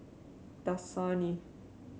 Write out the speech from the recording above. dasani